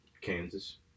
Kansas